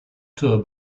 tour